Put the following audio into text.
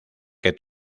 que